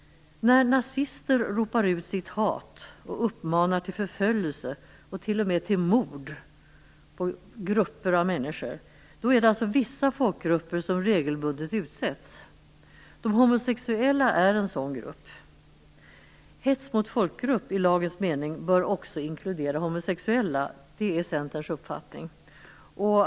När nazister ropar ut sitt hat och uppmanar till förföljelse och t.o.m. mord på grupper av människor är det vissa folkgrupper som regelbundet utsätts. De homosexuella är en sådan grupp. Det är Centerns uppfattning att hets mot folkgrupp i lagens mening också bör inkludera homosexuella.